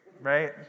right